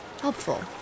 Helpful